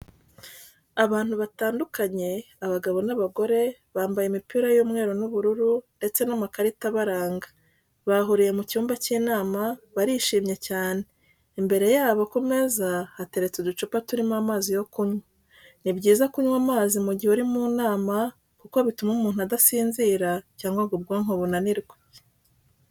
Abantu batandukanye, abagabo n'abagore bambaye imipira y'umweru n'ubururu ndetse n'amakarita abaranga bahuriye mu cyumba cy'inama, barishimye cyane, imbere yabo ku meza hateretse uducupa turimo amazi yo kunywa. Ni byiza kunywa amazi mu gihe uri mu nama kuko bituma umuntu adasinzira cyangwa ngo ubwonko bunanirwe.